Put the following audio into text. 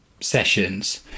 sessions